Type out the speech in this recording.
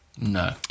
No